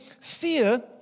fear